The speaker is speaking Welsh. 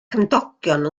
cymdogion